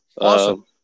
Awesome